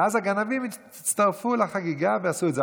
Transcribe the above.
ואז הגנבים הצטרפו לחגיגה ועשו את זה.